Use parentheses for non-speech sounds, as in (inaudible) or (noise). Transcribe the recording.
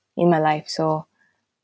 in my life so (breath)